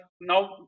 now